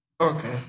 Okay